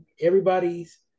everybody's